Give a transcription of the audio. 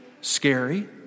scary